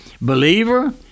believer